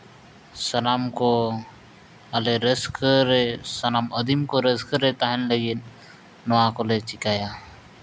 ᱥᱟᱱᱟᱢ ᱠᱚ ᱟᱞᱮ ᱨᱟᱹᱥᱠᱟᱹ ᱨᱮ ᱥᱟᱱᱟᱢ ᱟᱹᱫᱤᱢ ᱠᱚ ᱨᱟᱹᱥᱠᱟᱹ ᱨᱮ ᱛᱟᱦᱮᱱ ᱞᱟᱹᱜᱤᱫ ᱱᱚᱣᱟ ᱠᱚᱞᱮ ᱪᱤᱠᱟᱹᱭᱟ